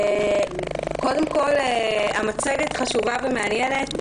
קודם כול, המצגת חשובה ומעניינת.